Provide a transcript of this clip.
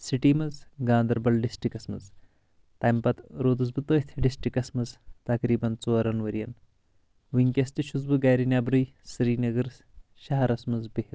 city منٛز گاندربل ڈسٹرکَس منٛز تمہِ پتہٕ روٗدُس بہٕ تٔتھۍ ڈسٹرکَس منٛز تقریبن ژورَن ؤرۍ ین ونکیٚس تہِ چھُس بہٕ گرِ نٮ۪برٕے سرینگرس شہرس منٛز بِہتھ